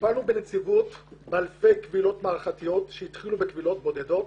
טיפלנו בנציבות באלפי קבילות מערכתיות שהתחילו בקבילות בודדות.